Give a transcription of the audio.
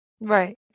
right